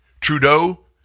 Trudeau